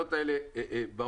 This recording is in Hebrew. התקנות האלה באות,